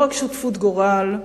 לא רק שותפות גורל,